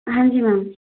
हाँजी मैम